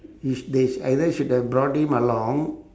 is they sho~ either should've brought him along